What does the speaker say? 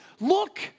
Look